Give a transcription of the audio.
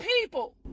people